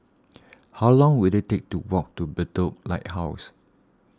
how long will it take to walk to Bedok Lighthouse